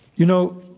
you know,